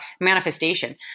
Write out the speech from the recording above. manifestation